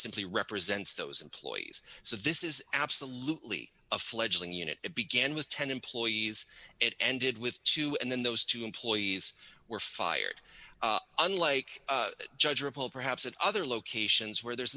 simply represents those employees so this is absolutely a fledgling unit it began with ten employees it ended with two and then those two employees were fired unlike judgeable perhaps at other locations where there's